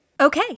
Okay